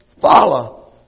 Follow